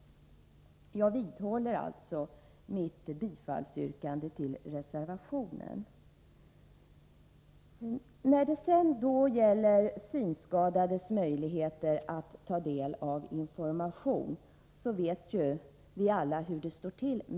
Jag vidhåller alltså mitt yrkande om bifall till reservation 2. När det sedan gäller de synskadades möjligheter att ta del av information vet vi ju alla hur det står till.